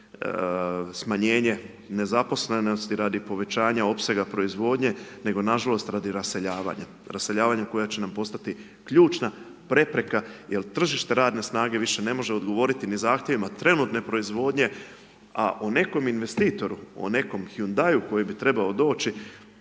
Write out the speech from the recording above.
se smanjenje nezaposlenosti radi povećanja opsega proizvodnje nego nažalost rado raseljavanja, raseljavanja koje će nam postati ključna prepreka jer tržište radne snage više ne može odgovoriti ni zahtjevima trenutne proizvodnje a o nekom investitoru, o nekom Hyundaiu koji bi trebao doći,